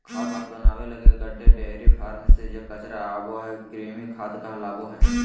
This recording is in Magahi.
खाद बनाबे लगी गड्डे, डेयरी फार्म से जे कचरा आबो हइ, कृमि खाद कहलाबो हइ